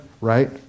right